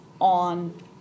on